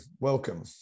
welcome